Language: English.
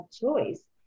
choice